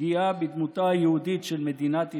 ופגיעה בדמותה היהודית של מדינת ישראל.